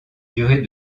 durée